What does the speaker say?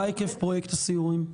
מה היקף פרויקט הסיורים?